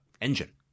engine